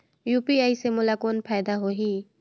UPI से मोला कौन फायदा होही?